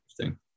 interesting